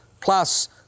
plus